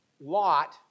lot